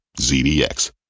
ZDX